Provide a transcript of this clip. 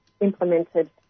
implemented